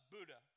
Buddha